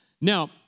Now